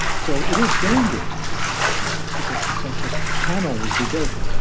so it is dangerous to say there is a consensus because a consensus can always be broken,